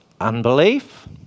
Unbelief